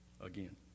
Again